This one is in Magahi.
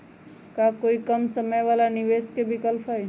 का कोई कम समय वाला निवेस के विकल्प हई?